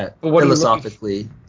Philosophically